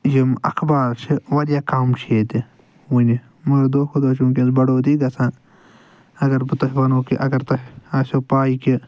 یِم اخبار چھِ واریاہ کم چھِ ییٚتہِ ونہِ مگر دۄہ کھۄتہٕ دۄہ چھِ وٕنکٮ۪س بڑوتی گژھان اگر بہٕ تۄہہِ ونو کہِ اگر تۄہہِ آسٮ۪و پاے کہِ